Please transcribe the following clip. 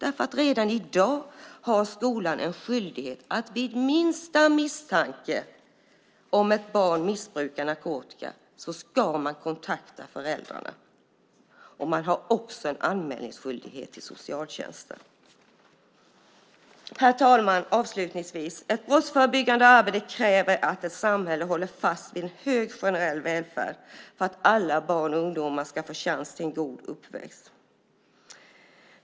Redan i dag har skolan en skyldighet att vid minsta misstanke om att ett barn missbrukar narkotika ska föräldrarna kontaktas. Man har också en anmälningsskyldighet till socialtjänsten. Herr talman! Ett brottsförebyggande arbete kräver att ett samhälle håller fast vid hög generell välfärd för att alla barn och ungdomar ska få chans till en god uppväxt.